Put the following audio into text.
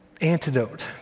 antidote